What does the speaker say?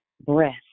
breath